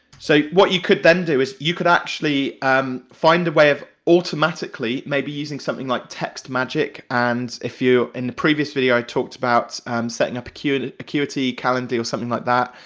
so what you could then do is you could actually um find a way of automatically, maybe using something like text magic, and if you, in the previous video, i talked about setting up acuity, calendly, or something like that,